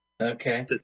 Okay